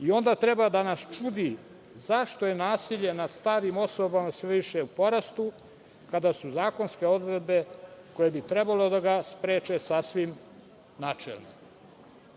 I onda treba da nas čudi zašto je nasilje nad starim osobama sve više u porastu kada su zakonske odredbe koje bi trebalo da ga spreče sasvim načelne. Velika